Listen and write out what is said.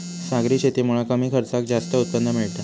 सागरी शेतीमुळा कमी खर्चात जास्त उत्पन्न मिळता